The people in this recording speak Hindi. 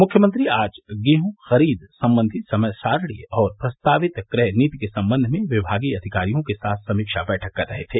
मुख्यमंत्री आज गेहूँ खरीद सम्बन्धी समय सारणी और प्रस्तावित क्रय नीति के सम्बन्ध में विभागीय अधिकारियों के साथ समीक्षा बैठक कर रहे थे